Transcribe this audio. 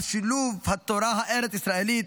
על שילוב התורה הארץ-ישראלית,